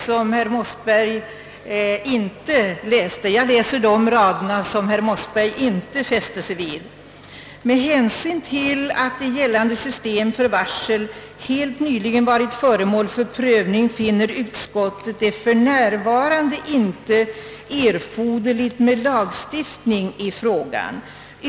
6 i utskottets utlåtande som herr Mossberg inte fäst sig vid. Utskottet säger på följande sätt: ”Med hänsyn till att gällande system för varsel helt nyligen varit föremål för prövning finner ut skottet det för närvarande inte erforderligt med lagstiftning i frågan.